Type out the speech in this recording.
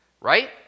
Right